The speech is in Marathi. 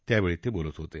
त्यावेळी ते बोलत होते